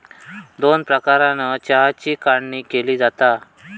दोन प्रकारानं चहाची काढणी केली जाता